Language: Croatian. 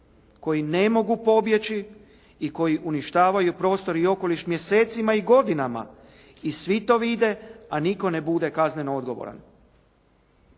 koji ne mogu pobjeći i koji uništavaju prostor i okoliš mjesecima i godinama i svi to vide, a nitko ne bude kazneno odgovoran.